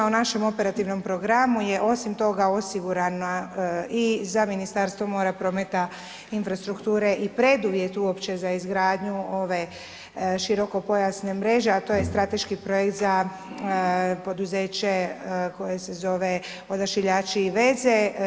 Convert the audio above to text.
U našem operativnom programu je osim toga osigurana i za Ministarstvo mora, prometa i infrastrukture i preduvjet uopće za izgradnju ove širokopojasne mreže, a to je strateški projekt za poduzeće koje se zove Odašiljači i veze.